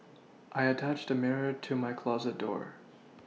I attached a mirror to my closet door